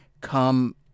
come